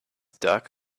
duck